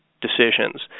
decisions